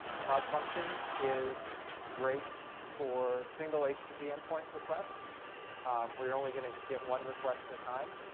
cloud functions is great for single http endpoint requests where you're only going to get one request at a time.